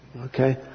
Okay